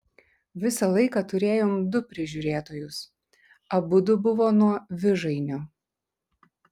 visą laiką turėjom du prižiūrėtojus abudu buvo nuo vižainio